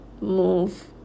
move